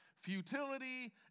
Futility